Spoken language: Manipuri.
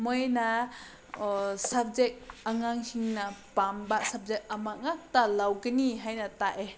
ꯃꯣꯏꯅ ꯁꯕꯖꯦꯛ ꯑꯉꯥꯡꯁꯤꯡꯅ ꯄꯥꯝꯕ ꯁꯕꯖꯦꯛ ꯑꯃ ꯉꯥꯛꯇ ꯂꯧꯒꯅꯤ ꯍꯥꯏꯅ ꯇꯥꯏꯑꯦ